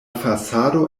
fasado